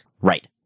Right